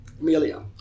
Amelia